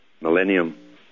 Millennium